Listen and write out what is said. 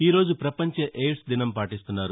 ఈ రోజు పపంచ ఎయిడ్స్ దినం పాటిస్తున్నారు